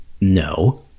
No